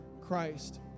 Christ